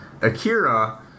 Akira